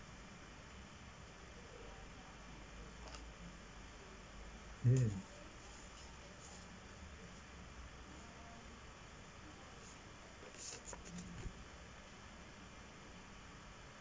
mm